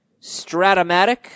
Stratomatic